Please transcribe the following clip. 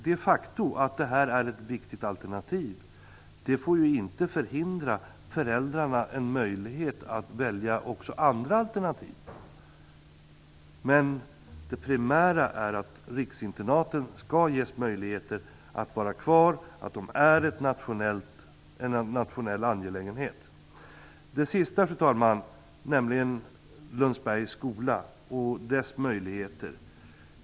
Det faktum att internaten är ett viktigt alternativ får inte förhindra föräldrarna att välja också andra alternativ. Det primära är att riksinternaten skall ges möjlighet att vara kvar. De är en nationell angelägenhet. Till sist, fru talman, vill jag beröra Lundsbergs skola och dess möjligheter.